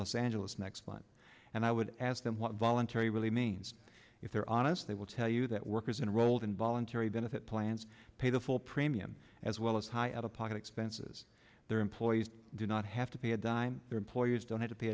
los angeles next month and i would ask them what voluntary really means if they're honest they will tell you that workers in rolled in voluntary benefit plans pay the full premium as well as high as a pocket expenses their employees do not have to pay a dime their employers don't have to pay